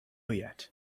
yet